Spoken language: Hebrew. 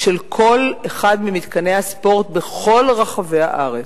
של כל אחד ממתקני הספורט בכל רחבי הארץ,